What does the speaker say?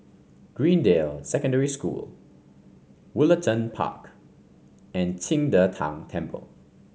Greendale Secondary School Woollerton Park and Qing De Tang Temple